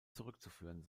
zurückzuführen